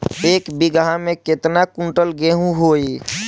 एक बीगहा में केतना कुंटल गेहूं होई?